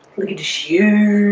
look at the shoe